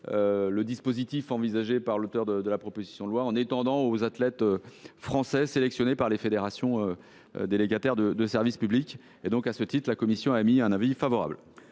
le dispositif envisagé par l’auteur de la proposition de loi, en étendant son application aux athlètes français sélectionnés par les fédérations délégataires de services publics. C’est pourquoi la commission a émis un avis favorable